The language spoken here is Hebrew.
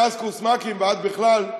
מאז קורס מ"כים ועד בכלל,